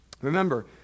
Remember